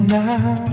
now